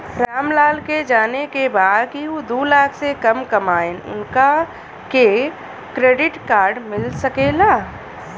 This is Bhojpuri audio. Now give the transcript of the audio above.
राम लाल के जाने के बा की ऊ दूलाख से कम कमायेन उनका के क्रेडिट कार्ड मिल सके ला?